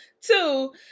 Two